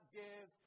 give